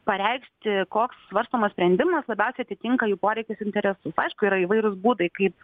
pareikšti koks svarstomas sprendimas labiausiai atitinka jų poreikius interesus aišku yra įvairūs būdai kaip